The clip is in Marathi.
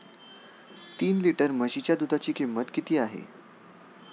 तीन लिटर म्हशीच्या दुधाची किंमत किती आहे?